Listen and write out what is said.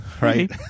right